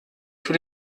für